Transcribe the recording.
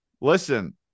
listen